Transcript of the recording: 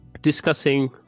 discussing